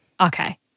Okay